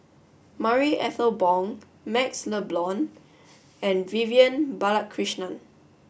Marie Ethel Bong MaxLe Blond and Vivian Balakrishnan